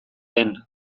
den